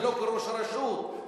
ולא כראש הרשות,